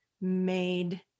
made